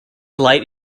late